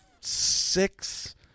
six